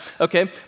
okay